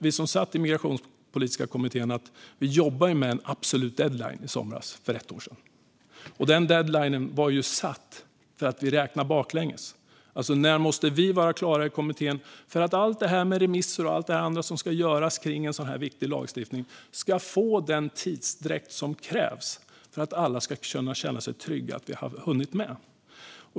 Vi som satt i den migrationspolitiska kommittén vet att vi jobbade med en absolut deadline under sommaren för ett år sedan. Den var satt för att vi räknade baklänges, alltså: När måste vi i kommittén vara klara för att allt det med remisser och annat som ska göras kring en sådan här viktig lagstiftning ska få den tidsdräkt som krävs för att alla ska känna sig trygga med att allt har hunnits med?